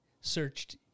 searched